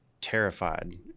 terrified